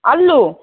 अल्लू